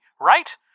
right